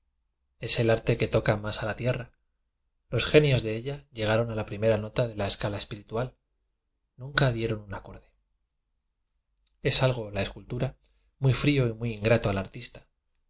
es el arte que toca más a la tierra los genios de ella llegaron a la primera nota de la esca la espiritual nunca dieron un acorde es algo la escultura muy frío y muy in grato al artista